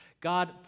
God